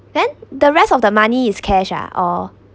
then the rest of the money is cash ah all